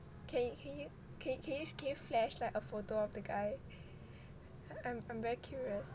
can y~ can y~ can y~ can y~ can you flash like a photo of the guy I'm I'm very curious